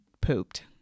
pooped